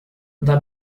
the